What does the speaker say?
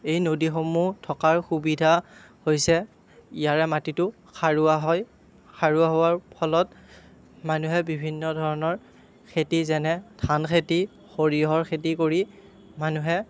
এই নদীসমূহ থকাৰ সুবিধা হৈছে ইয়াৰে মাটিটো সাৰুৱা হয় সাৰুৱা হোৱাৰ ফলত মানুহে বিভিন্ন ধৰণৰ খেতি যেনে ধান খেতি সৰিয়হৰ খেতি কৰি মানুহে